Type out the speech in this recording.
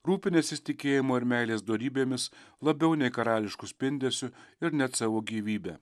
rūpinęsis tikėjimo ir meilės dorybėmis labiau nei karališku spindesiu ir net savo gyvybe